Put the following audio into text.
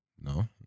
No